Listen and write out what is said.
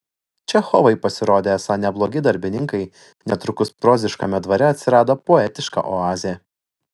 čechovai pasirodė esą neblogi darbininkai netrukus proziškame dvare atsirado poetiška oazė